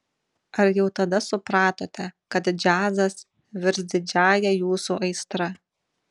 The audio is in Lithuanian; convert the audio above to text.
ar jau tada supratote kad džiazas virs didžiąja jūsų aistra